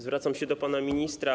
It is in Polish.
Zwracam się do pana ministra.